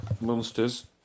monsters